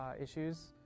issues